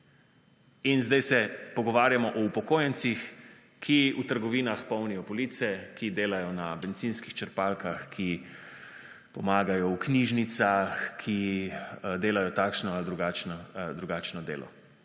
In zdaj se pogovarjamo o upokojencih, ki v trgovinah polnijo police, ki delajo na bencinskih črpalkah, ki pomagajo v knjižnicah, ki delajo takšno ali drugačno delo.